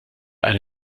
eine